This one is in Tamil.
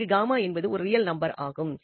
அங்கு என்பது ஒரு ரியல் நம்பர் ஆகும்